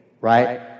right